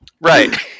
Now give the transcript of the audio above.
Right